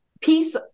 peace